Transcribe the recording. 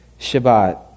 Shabbat